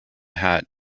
hat